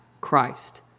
Christ